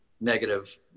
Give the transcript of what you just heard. Negative